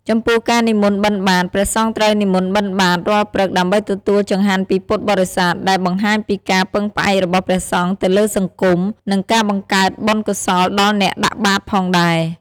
ចំពោះការនិមន្តបិណ្ឌបាត្រ ព្រះសង្ឃត្រូវនិមន្តបិណ្ឌបាត្ររាល់ព្រឹកដើម្បីទទួលចង្ហាន់ពីពុទ្ធបរិស័ទ ដែលបង្ហាញពីការពឹងផ្អែករបស់ព្រះសង្ឃទៅលើសង្គម និងការបង្កើតបុណ្យកុសលដល់អ្នកដាក់បាត្រផងដែរ។